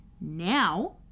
Now